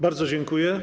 Bardzo dziękuję.